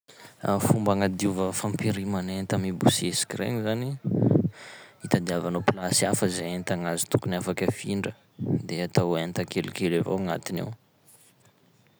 Fomba agnadiova fampiriman'enta mibosesika regny zany: itadiavanao plasy hafa zay entagna azo tokony afaky afindra, de atao enta kelikely avao agnatiny ao.